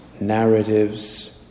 narratives